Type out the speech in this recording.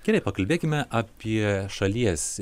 gerai pakalbėkime apie šalies